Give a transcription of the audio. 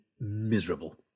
miserable